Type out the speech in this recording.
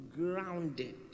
grounded